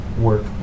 work